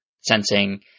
sensing